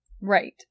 Right